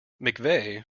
mcveigh